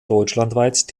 deutschlandweit